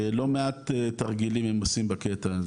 לא מעט תרגילים הם עושים בקטע הזה.